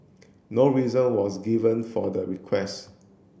no reason was given for the request